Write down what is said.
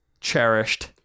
cherished